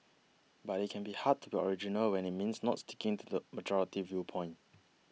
but it can be hard to be original when it means not sticking to the majority viewpoint